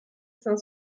cinq